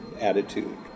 attitude